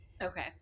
Okay